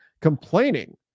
complaining